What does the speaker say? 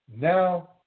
now